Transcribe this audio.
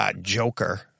Joker